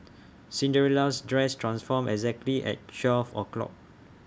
Cinderella's dress transformed exactly at twelve o'clock